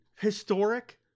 historic